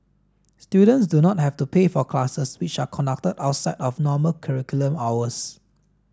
students do not have to pay for the classes which are conducted outside of normal curriculum hours